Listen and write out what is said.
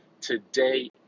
Today